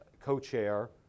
co-chair